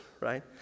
right